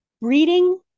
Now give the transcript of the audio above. Breeding